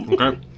Okay